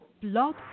Blog